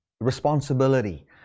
responsibility